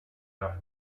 darf